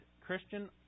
Christian